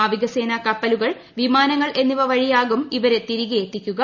നാവികസേന കപ്പലുകൾ വിമാനങ്ങൾ എന്നിവ വഴിയാകും ഇവരെ തിരികെ എത്തിക്കുക